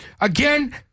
again